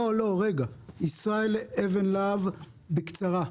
ישראל אבן להב, בקצרה.